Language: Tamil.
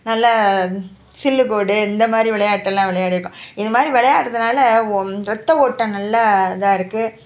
நல்ல சில்லுக்கோடு இந்தமாதிரி விளையாட்டெல்லாம் விளையாடிருக்கோம் இது மாதிரி விளையாடுகிறதுனால ரத்த ஓட்டங்களில் இதாக இருக்குது